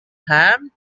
ham